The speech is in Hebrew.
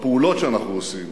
בפעולות שאנחנו עושים